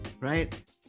right